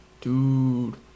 Dude